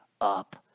up